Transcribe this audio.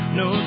no